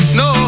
no